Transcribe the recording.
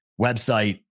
website